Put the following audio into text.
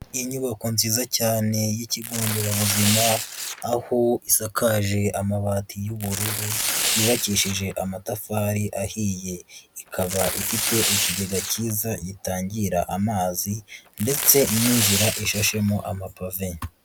Inyubako nziza cyane y'ikigo nderabuzima, aho isakaje amabati y'ubururu yubakishije amatafari ahiye, ikaba ifite ikigega cyiza gitangira amazi ndetse n'inzira ishashemo amapave.